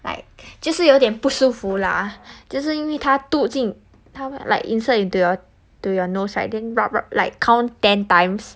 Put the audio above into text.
like 就是有点不舒服啦就是因为他度进他们 like insert into your to your nose right then rub rub like count ten times